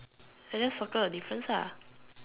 I just circle the difference ah